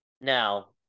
now